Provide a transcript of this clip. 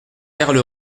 perle